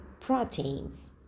proteins